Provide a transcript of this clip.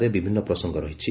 ରେ ବିଭିନ୍ ପ୍ରସଙ୍ଗ ରହିଛି